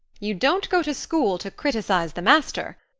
you don't go to school to criticize the master.